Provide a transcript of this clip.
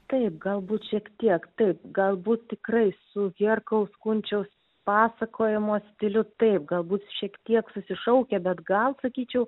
taip galbūt šiek tiek taip galbūt tikrai su herkaus kunčiaus pasakojimo stiliu taip gal būt šiek tiek susišaukia bet gal sakyčiau